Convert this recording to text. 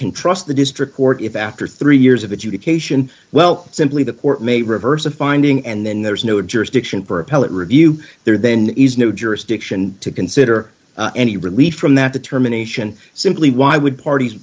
can trust the district court if after three years of adjudication well simply the court may reverse of finding and then there is no jurisdiction for appellate review there then is no jurisdiction to consider any relief from that determination simply why would parties